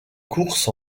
course